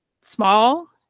small